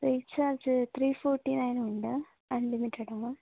recharge three forty nine ഉണ്ട് unlimited ആണ്